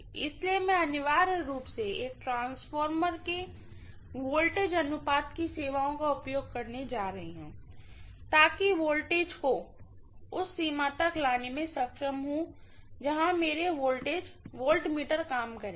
इसलिए मैं अनिवार्य रूप से एक ट्रांसफार्मर के वोल्टेज अनुपात की सेवाओं का उपयोग करने की कोशिश कर रही हूँ ताकि मैं वोल्टेज को उस सीमा तक लाने में सक्षम हूं जहां मेरे वोल्टमीटर काम करेंगे